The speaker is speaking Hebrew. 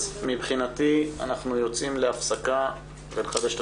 מבחינתי אנחנו יוצאים להפסקה ונחדש את